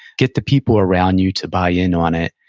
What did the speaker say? get the people around you to buy in on it,